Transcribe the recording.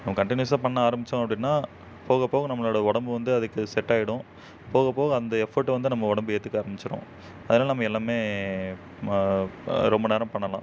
நம்ம கண்டினியூஸாக பண்ண ஆரமித்தோம் அப்படின்னா போக போக நம்மளோடய உடம்பு வந்து அதுக்கு செட்டாகிடும் போக போக அந்த எஃபோர்ட்டை வந்து நம்ம உடம்பு ஏற்றுக்க ஆரமிச்சுரும் அதனால் நம்ம எல்லாமே மா ரொம்ப நேரம் பண்ணலாம்